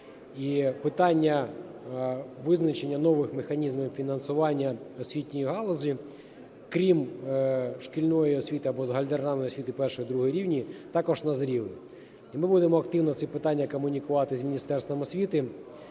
І питання визначення нових механізмів фінансування освітньої галузі, крім шкільної освіти або загальнодержавної освіти першого і другого рівнів, також назріли. І ми будемо активно ці питання комунікувати з Міністерством освіти,